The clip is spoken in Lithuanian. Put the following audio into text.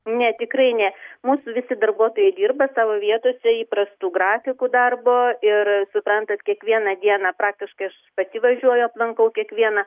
ne tikrai ne mūsų visi darbuotojai dirba savo vietose įprastu grafiku darbo ir suprantat kiekvieną dieną praktiškai aš pati važiuoju aplankau kiekvieną